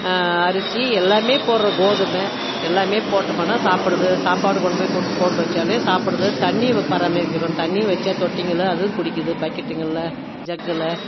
அரிசி எல்லாமே போட்றோம் கோதுமை எல்லாமே போட்டு போனா சாப்பிடுது சாப்பாடு கொண்டு போய் போட்டு வச்சாலே சாப்பிடுது தண்ணி பராமரிக்கிறோம் தண்ணி வச்சா தொட்டிங்களை அதுவும் குடிக்குது பக்கெட்டுங்கள ஜக்கில்